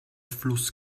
fluss